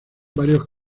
varios